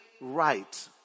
right